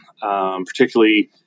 particularly